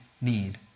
need